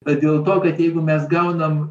ar dėl to kad jeigu mes gaunam